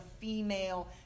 female